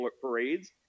parades